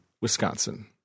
Wisconsin